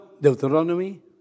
Deuteronomy